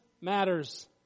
matters